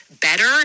better